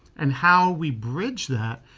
and how we bridge that.